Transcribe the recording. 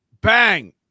bang